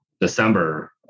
December